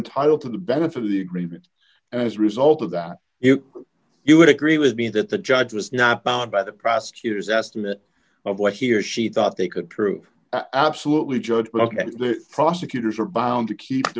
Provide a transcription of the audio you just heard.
entitled to the benefit of the agreement and as a result of that you you would agree with me that the judge was not bound by the prosecutor's estimate of what he or she thought they could prove absolutely judge the prosecutors were bound to keep the